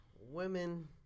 Women